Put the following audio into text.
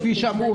כפי שאמרו,